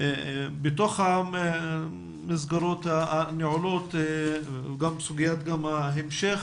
בתוך המסגרות הנעולות וגם סוגיית ההמשך,